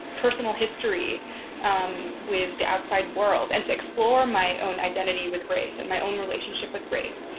personal history with the outside world and to explore my own identity with race and my own relationship with race.